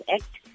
Act